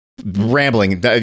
Rambling